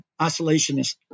isolationist